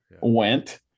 went –